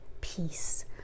peace